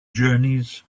journeys